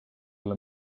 olla